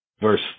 verse